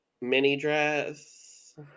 mini-dress